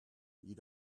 you